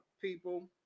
people